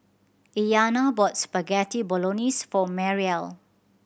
Iyana bought Spaghetti Bolognese for Mariel